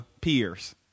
peers